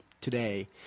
today